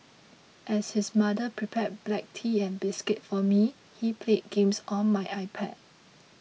as his mother prepared black tea and biscuits for me he played games on my iPad